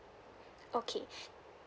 okay